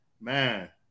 Man